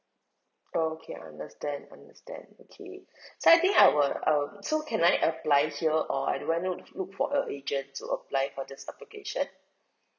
okay understand understand okay so I think I will I will so can I apply here or do I look look for a agent to apply for this application